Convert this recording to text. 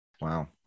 Wow